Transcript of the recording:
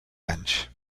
anys